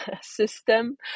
system